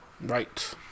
Right